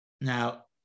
now